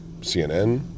CNN